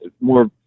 more